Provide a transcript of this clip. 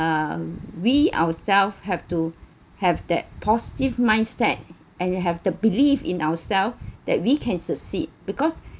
um we ourselves have to have that positive mindset and you have to believe in ourselves that we can succeed because